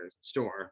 store